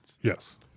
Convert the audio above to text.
Yes